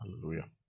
Hallelujah